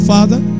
Father